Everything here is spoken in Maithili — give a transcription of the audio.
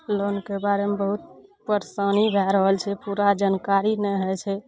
लोनके बारेमे बहुत परेशानी भए रहल छै पूरा जानकारी नहि होइ छै